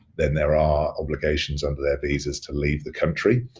then there are obligations under their visas to leave the country.